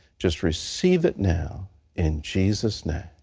just receive it now in jesus' name.